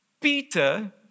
Peter